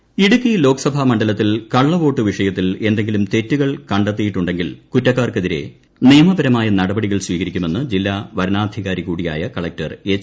ദിനേശൻ ഇടുക്കി ലോകസഭാ മണ്ഡലത്തിൽ കള്ളവോട്ട് വിഷയത്തിൽ എന്തെങ്കിലും തെറ്റുകൾ കണ്ടെത്തിയിട്ടുണ്ടെങ്കിൽ കുറ്റക്കാർക്കെതിരെ നിയമപരമായ നടപടികൾ സ്വീകരിക്കുമെന്ന് ജില്ലാ വരണാധികാരി കൂടിയായ കലക്റ്റർ എച്ച്